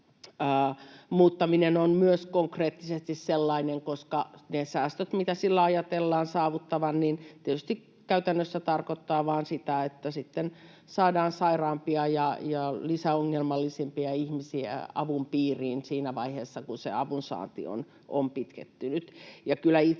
muuttaminen on myös konkreettisesti sellainen, koska ne säästöt, mitä sillä ajatellaan saavutettavan, tietysti käytännössä tarkoittavat vaan sitä, että sitten saadaan sairaampia ja lisäongelmallisempia ihmisiä avun piiriin siinä vaiheessa, kun se avunsaanti on pitkittynyt.